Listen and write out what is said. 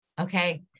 Okay